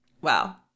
wow